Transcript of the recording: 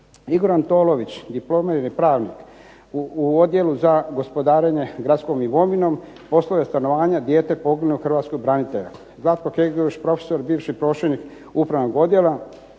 Igor Antolović, diplomirani pravnik u Odjelu za gospodarenje gradskom imovinom i poslove stanovanja. Dijete poginulog hrvatskog branitelja. Zlatko Keglević profesor i bivši pročelnik Upravnog odjela